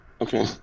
Okay